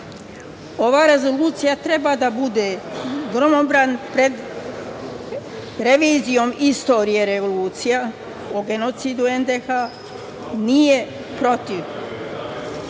rezolucija treba da bude gromobran pred revizijom istorije revolucija o genocidu NDH. Nije protiv